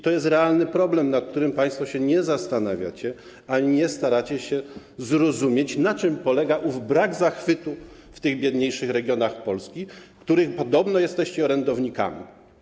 To jest realny problem, nad którym państwo się nie zastanawiacie, ani nie staracie się zrozumieć, na czym polega ów brak zachwytu w tych biedniejszych regionach Polski, których podobno jesteście orędownikami.